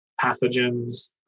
pathogens